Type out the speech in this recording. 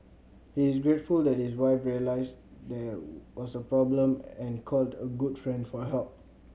he is grateful that his wife realised there was a problem and called a good friend for help